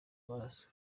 amaraso